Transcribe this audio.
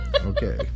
okay